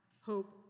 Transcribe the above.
hope